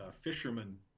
fishermen